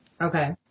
Okay